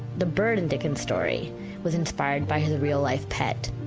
the bird in dickens' story was inspired by his real-life pet,